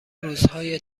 روزهای